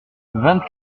vingt